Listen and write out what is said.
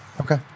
okay